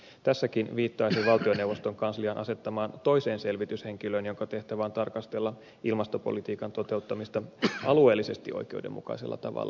tässäkin viittaisin valtioneuvoston kanslian asettamaan toiseen selvityshenkilöön jonka tehtävä on tarkastella ilmastopolitiikan toteuttamista alueellisesti oikeudenmukaisella tavalla